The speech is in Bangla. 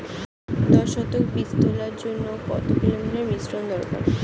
দশ শতক বীজ তলার জন্য কত লিটার মিশ্রন দরকার?